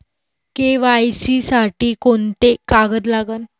KYC साठी कोंते कागद लागन?